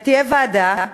ותהיה ועדה,